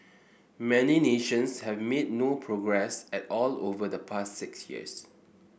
many nations have made no progress at all over the past six years